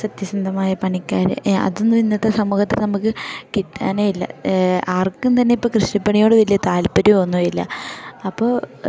സത്യസന്ധമായ പണിക്കാർ അതൊന്നും ഇന്നത്തെ സമൂഹത്ത് നമുക്ക് കിട്ടാനേ ഇല്ല ആർക്കും തന്നെ ഇപ്പം കൃഷിപ്പണിയോട് വലിയ താല്പര്യമൊന്നുമില്ല അപ്പോൾ